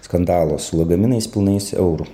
skandalo su lagaminais pilnais eurų